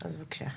אז, בבקשה.